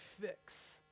fix